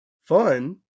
Fun